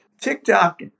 TikTok